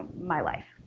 my life.